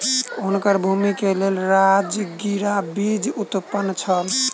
हुनकर भूमि के लेल राजगिरा बीज उत्तम छल